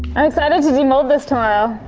i'm excited to demold this tomorrow.